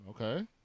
Okay